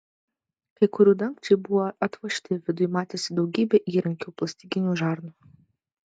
kai kurių dangčiai buvo atvožti viduj matėsi daugybė įrankių plastikinių žarnų